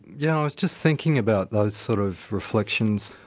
yeah, i was just thinking about those sort of reflections.